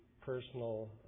personal